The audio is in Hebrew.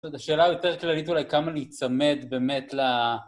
זאת(?) השאלה היותר כללית, אולי כמה להיצמד באמת ל...